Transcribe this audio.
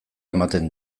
ematen